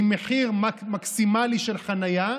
עם מחיר מקסימלי של חניה,